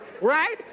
right